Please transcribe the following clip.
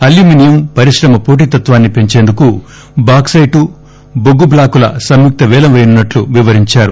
aluminium పరిశ్రమ వోటీతత్వాన్ని పెంచేందుకు బాక్సెటు బొగ్గు బ్లాకుల సంయుక్త పేలం పేయనున్నట్లు వివరించారు